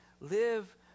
Live